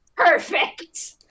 Perfect